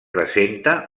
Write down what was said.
presenta